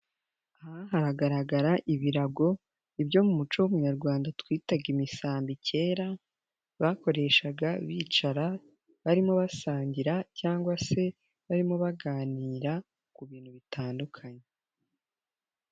Aha haragaragara ibirago, ibyo mu muco w'umunyarwanda twitaga imisambi kera, bakoreshaga bicara, barimo basangira cyangwa se barimo baganira, ku bintu bitandukanye.